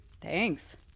Thanks